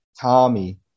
Tommy